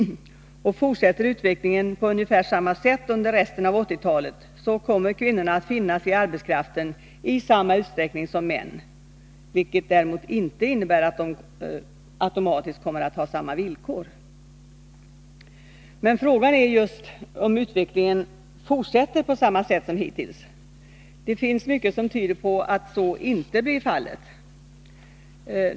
Fortsätter utvecklingen på ungefär samma sätt under resten av 1980-talet, kommer kvinnorna att ingå i arbetskraften i samma utsträckning som män, vilket däremot inte innebär att de automatiskt kommer att ha samma villkor. Men frågan är just om utvecklingen fortsätter på samma sätt som hittills. Det finns mycket som tyder på att så inte blir fallet.